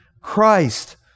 Christ